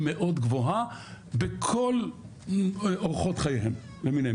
מאוד גבוהה בכל אורחות חייהם למיניהם,